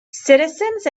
citizens